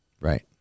right